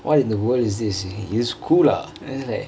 what in the world is the is cool lah